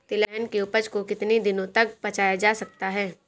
तिलहन की उपज को कितनी दिनों तक बचाया जा सकता है?